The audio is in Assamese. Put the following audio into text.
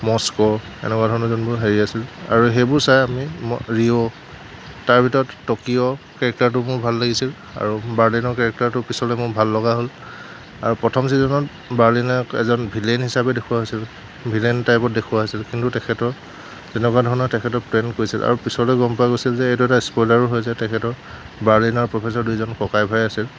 মস্কো এনেকুৱা ধৰণৰ যোনবোৰ হেৰি আছিল আৰু সেইবোৰ চাই আমি মই ৰিঅ' তাৰ ভিতৰত টকিঅ' কেৰেক্টাৰটো মোৰ ভাল লাগিছিল আৰু বাৰ্লিনৰ কেৰেক্টাৰটো পিছলৈ মোৰ ভাল লগা হ'ল আৰু প্ৰথম চিজনত বাৰ্লিনে এজন ভিলেন হিচাপে দেখুৱা হৈছিল ভিলেন টাইপত দেখুৱা হৈছিল কিন্তু তেখেতৰ তেনেকুৱা ধৰণৰ তেখেতক প্ৰেৰণ কৰিছিল আৰু পিছলৈ গ'ম পোৱা গৈছিল যে এইটো এটা স্পইলাৰৰ হয় যে তেখেতৰ বাৰ্লিন অৰু প্ৰফেছৰ দুইজন ককাই ভাই আছিল